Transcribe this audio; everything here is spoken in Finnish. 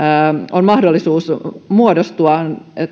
on mahdollisuus muodostaa